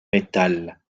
métal